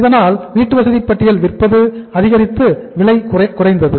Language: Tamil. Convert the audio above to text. இதனால் வீட்டுவசதி பட்டியல் விற்பது அதிகரித்து விலை குறைந்தது